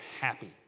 happy